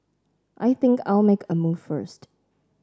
I think I'll make a move first